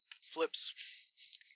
Flips